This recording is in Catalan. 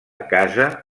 casa